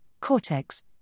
cortex